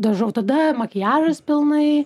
dažau tada makiažas pilnai